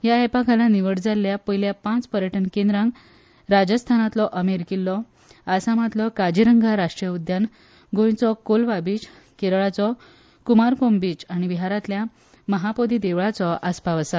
ह्या अॅपा खाला निवड जाल्या पयल्या पाच पर्यटन केंद्रांक राजस्थानतलो अमेर किल्लो आसामातलो काजीरंगा राश्ट्रीय उद्यान गोयचो कोलवा बिच केरळाचो कूमारकोम बीच आनी बिहारातल्या महापोदी देवळाचो आस्पाव आसा